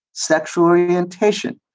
sexual orientation.